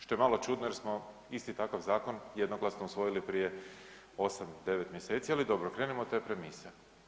Što je malo čudno jer smo isti takav zakon jednoglasno usvojili prije 8, 9 mj., ali dobro, krenimo od te premise.